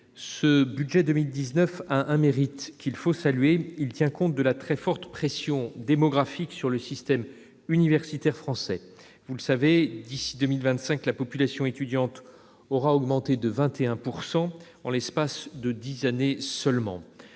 Le budget 2019 a un mérite qu'il faut saluer : il tient compte de la très forte pression démographique sur le système universitaire français. Vous le savez, d'ici à 2025, la population étudiante aura augmenté de 21 % en l'espace de dix ans seulement.